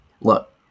Look